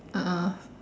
a'ah